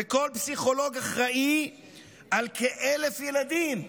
וכל פסיכולוג אחראי לכ-1,000 ילדים,